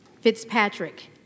Fitzpatrick